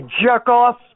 jerk-off